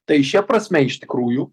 tai šia prasme iš tikrųjų